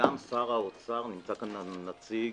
גם שר האוצר נמצא כאן נציג